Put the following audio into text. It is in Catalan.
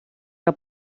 que